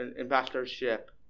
ambassadorship